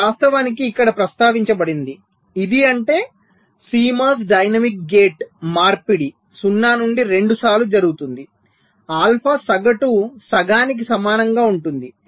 ఇది వాస్తవానికి ఇక్కడ ప్రస్తావించబడింది ఇది అంటే CMOS డైనమిక్ గేట్ మార్పిడి 0 నుండి 2 సార్లు జరుగుతుంది ఆల్ఫా సగటు సగానికి సమానంగా ఉంటుంది